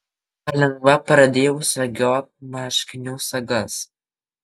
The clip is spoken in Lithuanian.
palengva pradėjau segiot marškinių sagas